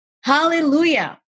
hallelujah